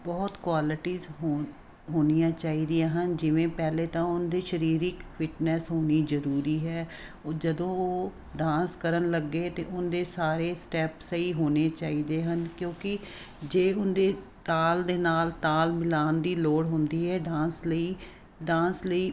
ਬਹੁਤ ਕੁਆਲਿਟੀਜ ਹੋ ਹੋਣੀਆਂ ਚਾਹੀਦੀਆਂ ਹਨ ਜਿਵੇਂ ਪਹਿਲਾਂ ਤਾਂ ਉਹਦੇ ਸਰੀਰਕ ਫਿਟਨੈਸ ਹੋਣੀ ਜ਼ਰੂਰੀ ਹੈ ਉਹ ਜਦੋਂ ਉਹ ਡਾਂਸ ਕਰਨ ਲੱਗੇ ਤਾਂ ਉਹਦੇ ਸਾਰੇ ਸਟੈਪ ਸਹੀ ਹੋਣੇ ਚਾਹੀਦੇ ਹਨ ਕਿਉਂਕਿ ਜੇ ਉਹਦੇ ਤਾਲ ਦੇ ਨਾਲ ਤਾਲ ਮਿਲਾਣ ਦੀ ਲੋੜ ਹੁੰਦੀ ਹੈ ਡਾਂਸ ਲਈ ਡਾਂਸ ਲਈ